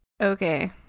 Okay